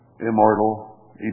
immortal